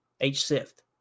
H-sift